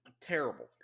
Terrible